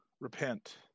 Repent